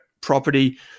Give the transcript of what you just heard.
property